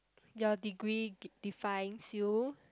your degree D defines you